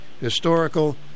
Historical